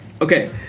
Okay